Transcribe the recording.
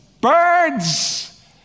birds